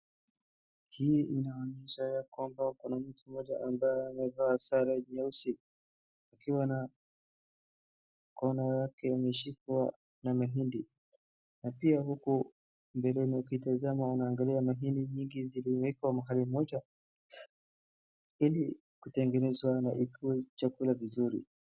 Hii inaonyesha ya kwamba kuna mtu mmoja ambaye amevaa sare nyeusi, akiwa na kona yake imeshikwa na mahindi na pia huku ukitazama unaangalia mahindi nyingi zimewekwa mahali moja ili kutengenezwa na ikuwe chakula vizuri.